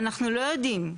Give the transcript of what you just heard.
אנחנו לא יודעים.